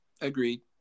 Agreed